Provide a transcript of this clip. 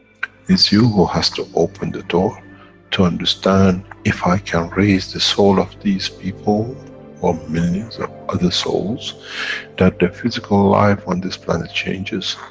it's you who has to open the door to understand, if i can raise the soul of these people or millions of other souls that the physical life on this planet changes,